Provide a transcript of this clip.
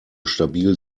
stabil